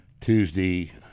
Tuesday